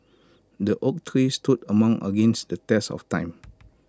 the oak tree stood among against the test of time